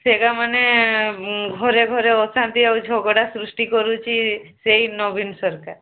ସେଗୁଡା ମାନେ ଘରେ ଘରେ ଆସନ୍ତି ଆଉ ଝଗଡ଼ା ସୃଷ୍ଟି କରୁଛି ସେହି ନବୀନ ସରକାର